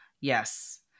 Yes